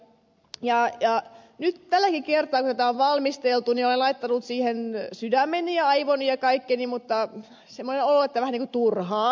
nyt tälläkin kertaa kun tätä on valmisteltu olen laittanut siihen sydämeni ja aivoni ja kaikkeni mutta semmoinen olo on että vähän niin kuin turhaan